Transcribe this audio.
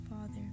Father